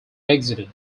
exited